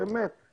באמץ, אסור.